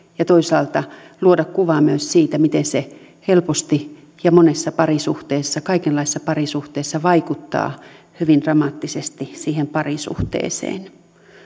ja toisaalta luoda kuvaa myös siitä miten se helposti ja monessa parisuhteessa kaikenlaisissa parisuhteissa vaikuttaa hyvin dramaattisesti siihen parisuhteeseen